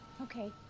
Okay